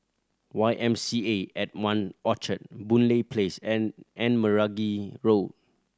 Y M C A at One Orchard Boon Lay Place and and Meragi Road